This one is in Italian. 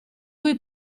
cui